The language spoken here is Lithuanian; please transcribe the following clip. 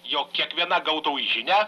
jog kiekviena gautoji žinia